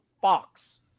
Fox